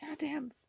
goddamn